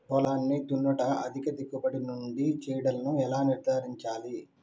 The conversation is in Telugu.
పొలాన్ని దున్నుట అధిక దిగుబడి నుండి చీడలను ఎలా నిర్ధారించాలి?